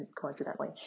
coincidentally